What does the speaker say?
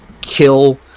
kill